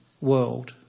world